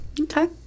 Okay